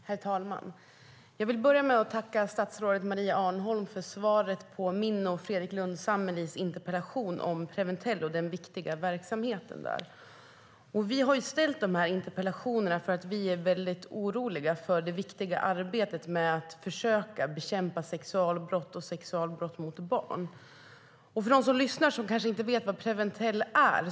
Herr talman! Jag vill börja med att tacka statsrådet Maria Arnholm för svaret på min och Fredrik Lundh Sammelis interpellationer om Preventell och den viktiga verksamheten där. Vi har ställt dessa interpellationer för att vi är mycket oroliga för det viktiga arbetet med att försöka bekämpa sexualbrott mot barn och sexualbrott i övrigt. En del som lyssnar på debatten kanske inte vet vad Preventell är.